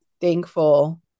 thankful